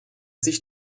sicht